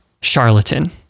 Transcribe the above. charlatan